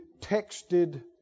texted